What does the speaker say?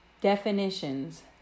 Definitions